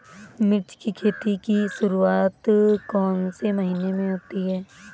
मिर्च की खेती की शुरूआत कौन से महीने में होती है?